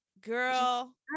Girl